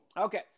Okay